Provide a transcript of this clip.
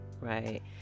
right